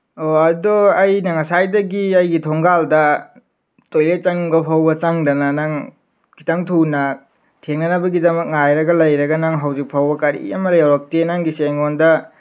ꯑꯣ ꯑꯗꯣ ꯑꯩꯅ ꯉꯁꯥꯏꯗꯒꯤ ꯑꯩꯒꯤ ꯊꯣꯉꯥꯜꯗ ꯇꯣꯏꯂꯦꯠ ꯆꯪꯕ ꯐꯥꯎꯕ ꯆꯪꯗꯅ ꯅꯪ ꯈꯤꯇꯥꯡ ꯊꯨꯅ ꯊꯦꯡꯅꯅꯕꯒꯤꯗꯃꯛ ꯉꯥꯏꯔꯒ ꯂꯩꯔꯒ ꯅꯪ ꯍꯧꯖꯤꯛ ꯐꯥꯎꯕ ꯀꯔꯤ ꯑꯃ ꯌꯧꯔꯛꯇꯦ ꯅꯪꯒꯤꯁꯦ ꯑꯩꯉꯣꯟꯗ